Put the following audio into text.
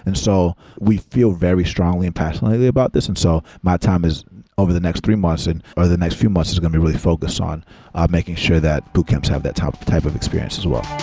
and so, we feel very strongly and passionately about this. and so my time is over the next three months and or the next few months is going to be really focused on making sure that boot camps have that type type of experience as well.